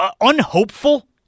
unhopeful